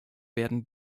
werden